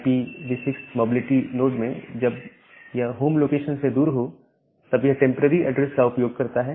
IPv6 mobile node में जब यह होम लोकेशन से दूर हो तब यह टेंपरेरी एड्रेस का उपयोग करता है